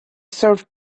serve